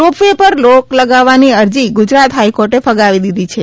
rope way પર રોક લગાવવાની અરજી ગુજરાત હાઈકોર્ટે ફગાવી દીધી છે